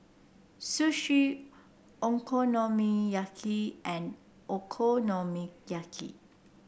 Sushi Okonomiyaki and Okonomiyaki